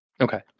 Okay